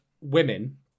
women